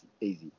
easy